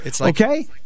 Okay